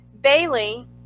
Bailey